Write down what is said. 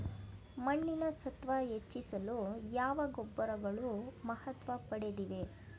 ಮಣ್ಣಿನ ಸತ್ವ ಹೆಚ್ಚಿಸಲು ಯಾವ ಗೊಬ್ಬರಗಳು ಮಹತ್ವ ಪಡೆದಿವೆ?